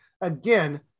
again